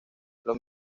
los